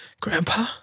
Grandpa